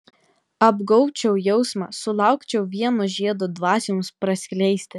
apgaubčiau jausmą sulaukčiau vieno žiedo dvasioms praskleisti